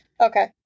Okay